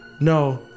no